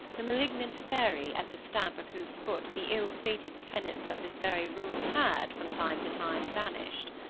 the malignant fairy, at the stamp of whose foot the ill-fated tenants of this very room had, from time to time, vanished.